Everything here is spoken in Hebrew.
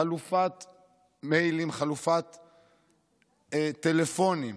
חלופת מיילים, חלופת טלפונים,